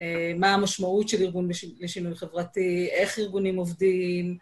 מה המשמעות של ארגון לשינוי חברתי, איך ארגונים עובדים.